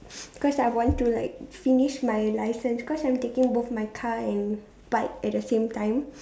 because I want to like finish my licence cause I'm taking both my car and bike at the same time